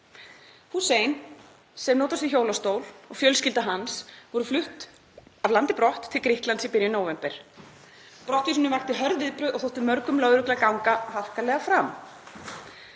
Hussein, sem notast við hjólastól, og fjölskylda hans voru flutt af landi brott til Grikklands í byrjun nóvember. Brottvísunin vakti hörð viðbrögð og þótti mörgum lögregla ganga harkalega fram.